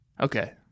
okay